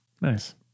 Nice